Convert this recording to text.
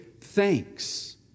thanks